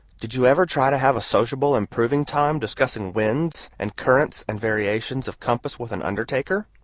did you ever try to have a sociable improving-time discussing winds, and currents and variations of compass with an undertaker?